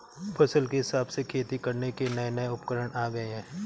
फसल के हिसाब से खेती करने के नये नये उपकरण आ गये है